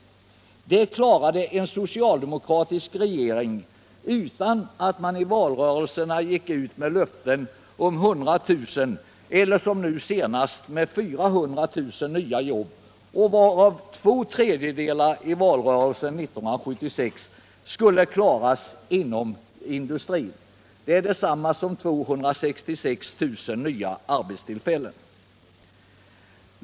Detta klarade en socialdemokratisk regering utan att i valrörelsen gå ut med löften om 100 000 eller, som nu senast, 400 000 nya jobb, varav två tredjedelar, 266 000, skulle ordnas inom industrin.